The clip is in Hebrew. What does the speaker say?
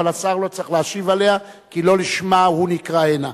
אבל השר לא צריך להשיב עליה כי לא לשמה הוא נקרא הנה.